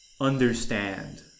understand